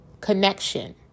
connection